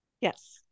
yes